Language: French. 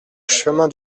chemin